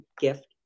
gift